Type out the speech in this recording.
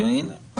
כי הנה,